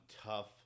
tough